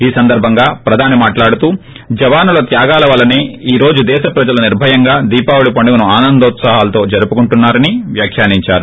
ఈ సందర్బంగా ప్రధాని మాట్లాడుతూ జవానుల త్యాగాల వల్లసే ఈ రోజు దేశ ప్రజలు ేనిర్పయంగా దీపావళి పండుగను ఆనందోత్సాహాలతో జరుపుకుంటున్నా రని వ్యాఖ్యానించారు